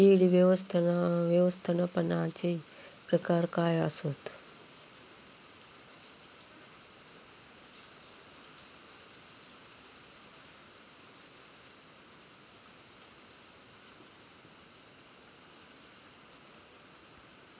कीड व्यवस्थापनाचे प्रकार काय आसत?